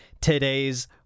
today's